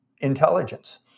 intelligence